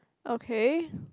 okay